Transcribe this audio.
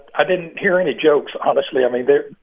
i didn't hear any jokes. obviously, i mean,